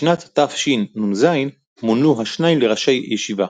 בשנת תשנ"ז מונו השניים לראשי ישיבה,